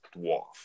dwarf